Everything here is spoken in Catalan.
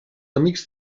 amics